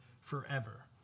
forever